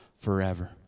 forever